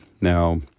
Now